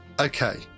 Okay